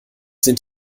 sind